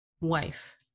wife